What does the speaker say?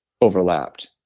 overlapped